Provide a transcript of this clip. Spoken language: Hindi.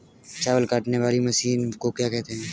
चावल काटने वाली मशीन को क्या कहते हैं?